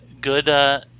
good